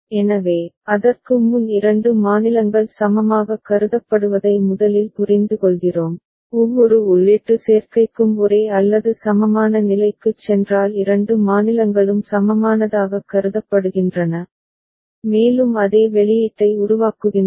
எனவே அதற்கு முன் இரண்டு மாநிலங்கள் சமமாகக் கருதப்படுவதை முதலில் புரிந்துகொள்கிறோம் ஒவ்வொரு உள்ளீட்டு சேர்க்கைக்கும் ஒரே அல்லது சமமான நிலைக்குச் சென்றால் இரண்டு மாநிலங்களும் சமமானதாகக் கருதப்படுகின்றன மேலும் அதே வெளியீட்டை உருவாக்குகின்றன